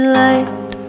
light